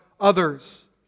others